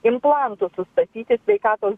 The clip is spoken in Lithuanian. implantus statyti sveikatos